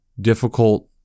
difficult